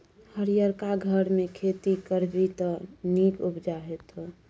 हरियरका घरमे खेती करभी त नीक उपजा हेतौ